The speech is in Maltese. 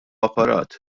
apparat